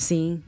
Sim